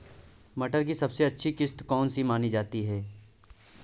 मटर की सबसे अच्छी किश्त कौन सी मानी जाती है?